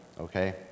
Okay